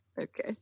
Okay